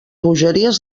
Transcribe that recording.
bogeries